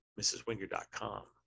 mrswinger.com